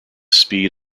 speed